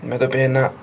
مےٚ دوٚپ ہے نہ